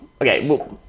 Okay